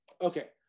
okay